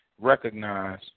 recognize